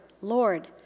Lord